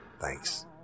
Thanks